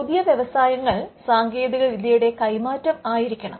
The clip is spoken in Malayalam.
പുതിയ വ്യവസായങ്ങൾ സാങ്കേതികവിദ്യയുടെ കൈമാറ്റം ആയിരിക്കണം